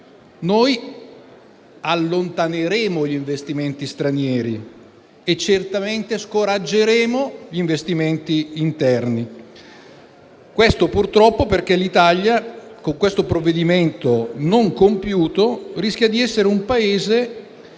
- allontaneremo gli investimenti stranieri e certamente scoraggeremo gli investimenti interni. Questo, purtroppo, perché l'Italia, con un provvedimento non compiuto come questo, rischia di essere un Paese